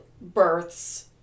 births